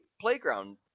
playground